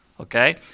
Okay